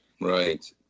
Right